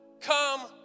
come